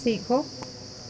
सीखो